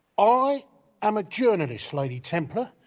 i am a journalist, lady templar,